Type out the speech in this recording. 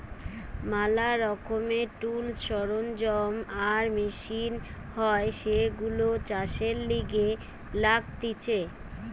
ম্যালা রকমের টুলস, সরঞ্জাম আর মেশিন হয় যেইগুলো চাষের লিগে লাগতিছে